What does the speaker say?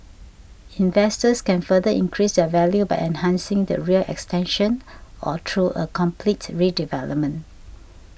investors can further increase their value by enhancing the rear extension or through a complete redevelopment